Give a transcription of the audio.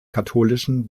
katholischen